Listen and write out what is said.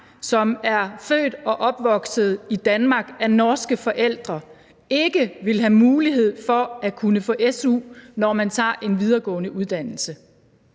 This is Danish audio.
som er født og opvokset i Danmark og har norske forældre, ikke ville have mulighed for at kunne få su, når han tager en videregående uddannelse.